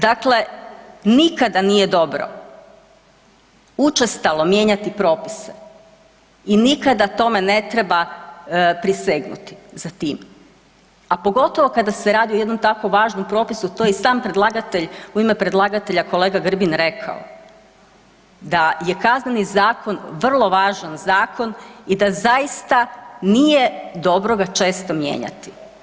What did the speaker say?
Dakle, nikada nije dobro učestalo mijenjati propise i nikada tome ne treba prisegnuti za tim, a pogotovo kada se radi o jednom tako važnom propisu, to je i sam predlagatelj u ime predlagatelja kolega Grbin rekao da je Kazneni zakon vrlo važan zakon i da zaista nije dobro ga često mijenjati.